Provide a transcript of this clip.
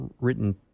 written